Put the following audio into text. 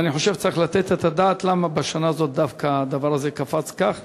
ואני חושב שצריך לתת את הדעת למה בשנה הזו דווקא המספר הזה קפץ כך,